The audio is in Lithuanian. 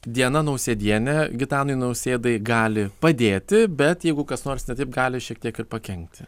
diana nausėdienė gitanui nausėdai gali padėti bet jeigu kas nors ne taip gali šiek tiek ir pakenkti